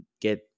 get